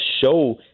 show